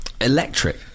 electric